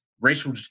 racial